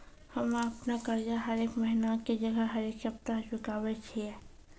हम्मे अपनो कर्जा हरेक महिना के जगह हरेक सप्ताह चुकाबै छियै